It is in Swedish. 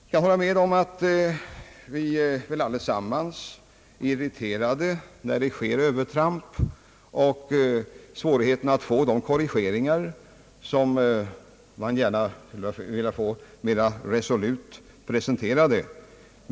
Jag kan hålla med om att vi väl allesammans är irriterade när det sker övertramp och att det är svårt att få de korrigeringar som man gärna skulle vilja ha mera resolut presenterade.